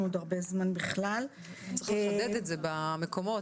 צריך לחדד את במקומות.